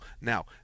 Now